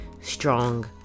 strong